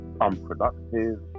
unproductive